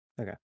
Okay